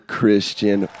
Christian